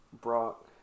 Brock